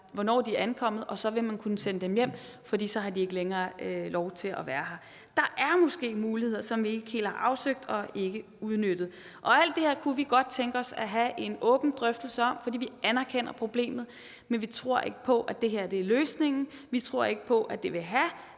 hvornår de er ankommet, og så vil man kunne sende dem hjem, fordi de ikke længere har lov til at være her. Der er måske muligheder, som vi ikke helt har afsøgt og ikke udnyttet. Alt det her kunne vi godt tænke os at få en åben drøftelse om, for vi anerkender problemet, men vi tror ikke på, at det her er løsningen, vi tror ikke på, at det vil have